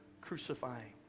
crucifying